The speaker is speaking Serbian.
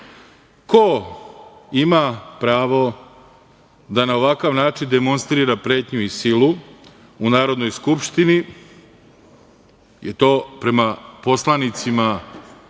ima pravo da na ovakav način demonstrira pretnju i silu u Narodnoj skupštini i to prema poslanicima Skupštine